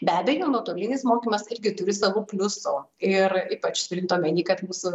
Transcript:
be abejo nuotolinis mokymas irgi turi savų pliusų ir ypač turint omeny kad mūsų